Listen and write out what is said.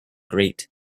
grate